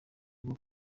rwo